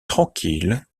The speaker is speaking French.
tranquille